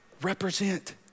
represent